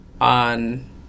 on